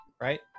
right